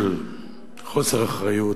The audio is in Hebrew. של חוסר אחריות,